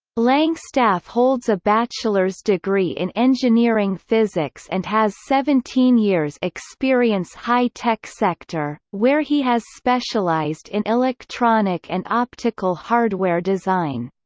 langstaff holds a bachelor's degree in engineering physics and has seventeen years experience high tech sector, where he has specialized in electronic and optical hardware design.